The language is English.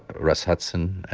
russ hudson